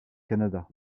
canada